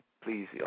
please